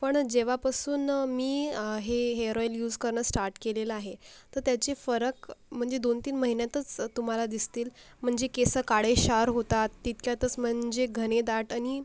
पण जेव्हापासून मी हे हेयर ऑईल यूस करणं स्टाट केलेलं आहे तर त्याची फरक म्हणजे दोन तीन महिन्यातच तुम्हाला दिसतील म्हणजे केस काळेशार होतात तितक्यातच म्हणजे घनदाट आणि